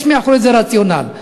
יש מאחורי זה רציונל.